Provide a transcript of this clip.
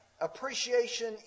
appreciation